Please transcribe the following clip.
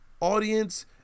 audience